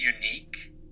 unique